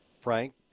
Frank